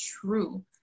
true